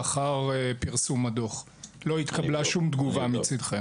רגע, תנו לו לסיים.